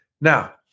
now